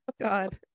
god